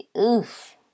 Oof